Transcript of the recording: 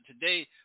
today